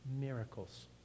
miracles